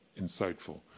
insightful